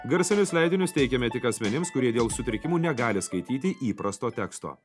garsinius leidinius teikiame tik asmenims kurie dėl sutrikimų negali skaityti įprasto teksto